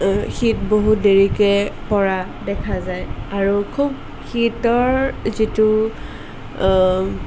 শীত বহুত দেৰিকৈ পৰা দেখা যায় আৰু খুব শীতৰ যিটো